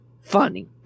funny